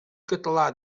català